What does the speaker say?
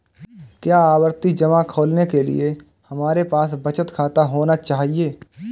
क्या आवर्ती जमा खोलने के लिए हमारे पास बचत खाता होना चाहिए?